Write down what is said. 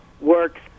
works